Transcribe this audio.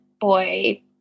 boy